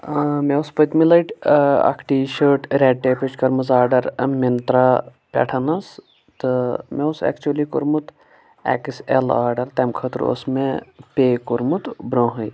مےٚ اوس پٔتمہِ لَٹہِ اَکھ ٹیٖشٲٹ رٮ۪ڈ ٹیپٕچ کٔرمٕژ آرڈَر مِنترٛا پٮ۪ٹھ تہٕ مےٚ اوس اٮ۪کچُلی کوٚرمُت اٮ۪کٕس اٮ۪ل آرڈَر تَمہِ خٲطرٕ اوس مےٚ پے کوٚرمُت برونٛہٕٕے